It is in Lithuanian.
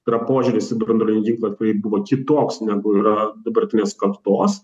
tai yra požiūris į branduolinį ginklą tikrai buvo kitoks negu yra dabartinės kartos